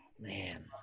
man